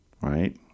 right